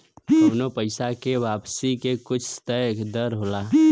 कउनो पइसा के वापसी के कुछ तय दर होला